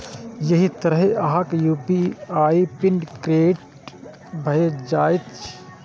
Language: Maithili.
एहि तरहें अहांक यू.पी.आई पिन क्रिएट भए जाएत